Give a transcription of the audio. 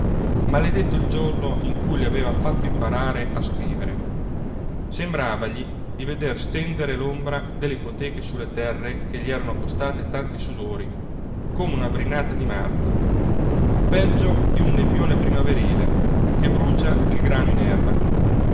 maledetto il giorno in cui le aveva fatto imparare a scrivere sembravagli di veder stendere l'ombra delle ipoteche sulle terre che gli erano costate tanti sudori come una brinata di marzo peggio di un nebbione primaverile che brucia il grano in erba